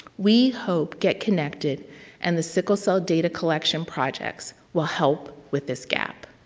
we hope get connected and the sickle cell data collection projects will help with this gap.